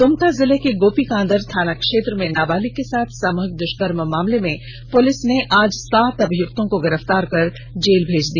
द्मका जिले के गोपीकांदर थाना क्षेत्र में नाबालिग के साथ सामूहिक दुष्कर्म मामले में पुलिस ने आज सात अभियुक्तों को गिरफ्तार कर जेल भेज दिया